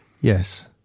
Yes